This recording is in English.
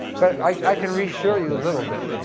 but i can reassure you a little bit.